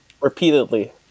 repeatedly